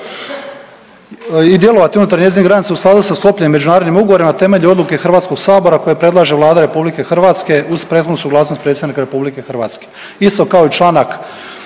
i djelovati unutar njezinih granica u skladu sa sklopljenim međunarodnim ugovorima na temelju odluke Hrvatskog sabora koje predlaže Vlada Republike Hrvatske uz prethodnu suglasnost predsjednika Republike Hrvatske isto kao i članak